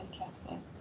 interesting